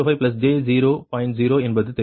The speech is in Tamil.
0 என்பது தெரியும்